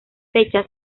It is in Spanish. fecha